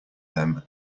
them